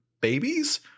babies